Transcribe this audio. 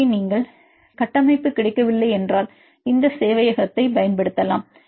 எனவே நீங்கள் கட்டமைப்பு கிடைக்கவில்லை என்றால் இந்த சேவையத்தை பயன் படுத்தலாம்